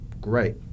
Great